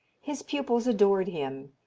his pupils adored him.